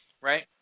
right